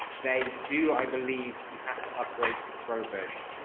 they do, i believe you have to upgrade to the pro version,